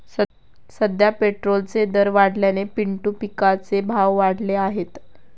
सध्या पेट्रोलचे दर वाढल्याने पिंटू पिकाचे भाव वाढले आहेत